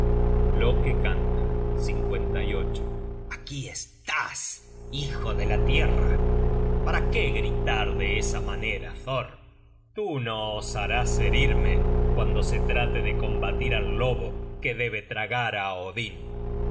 book search generated at loke canta aquí estás hijo de la tierra para qué gritar de esa manera thor tú no osarás herirme cuando se trate de combatir al lobo que debe tragar á odin